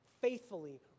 faithfully